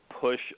push